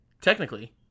Technically